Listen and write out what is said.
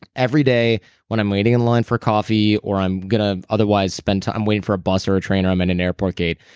every day when i'm waiting in line for coffee, or i'm going to otherwise spend time. i'm waiting for a bus or a train, or i'm in an airport gate.